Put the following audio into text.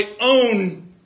own